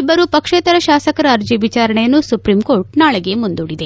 ಇಬ್ಬರು ಪಕ್ಷೇತರ ಶಾಸಕರ ಅರ್ಜಿ ವಿಚಾರಣೆಯನ್ನು ಸುಪ್ರೀಂ ಕೋರ್ಟ್ ನಾಳೆಗೆ ಮುಂದೂಡಿದೆ